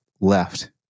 left